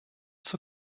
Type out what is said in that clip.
zur